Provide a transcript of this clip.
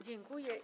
Dziękuję.